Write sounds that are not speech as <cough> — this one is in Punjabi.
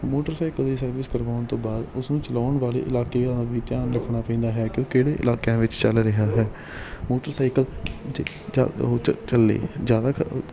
ਮੋਟਰਸਾਈਕਲ ਦੀ ਸਰਵਿਸ ਕਰਵਾਉਣ ਤੋਂ ਬਾਅਦ ਉਸ ਨੂੰ ਚਲਾਉਣ ਵਾਲੇ ਇਲਾਕੇ ਦਾ ਵੀ ਧਿਆਨ ਰੱਖਣਾ ਪੈਂਦਾ ਹੈ ਕਿ ਕਿਹੜੇ ਇਲਾਕਿਆਂ ਵਿੱਚ ਚੱਲ ਰਿਹਾ ਹੈ ਮੋਟਰਸਾਈਕਲ <unintelligible> ਚੱ ਚੱਲੇ ਜ਼ਿਆਦਾ <unintelligible>